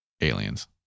aliens